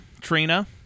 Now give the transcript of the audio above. Trina